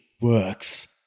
works